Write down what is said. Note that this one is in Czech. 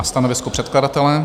Stanovisko předkladatele?